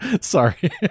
sorry